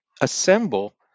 assemble